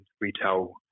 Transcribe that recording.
retail